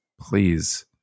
please